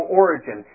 origin